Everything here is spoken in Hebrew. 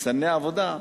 מסתנני עבודה,